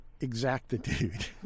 exactitude